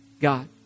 God